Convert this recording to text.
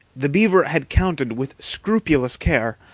the beaver had counted with scrupulous care,